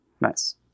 Nice